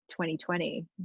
2020